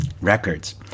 records